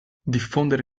diffondere